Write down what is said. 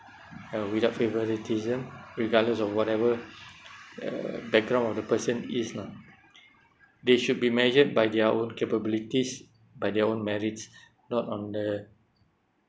uh without favouritism regardless of whatever uh background of the person is lah they should be measured by their own capabilities by their own merits not on the